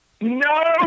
No